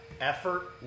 effort